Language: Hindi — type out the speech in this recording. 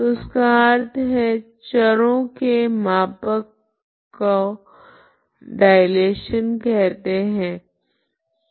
तो इसका अर्थ है चरों के मापक को डिलेशन कहते है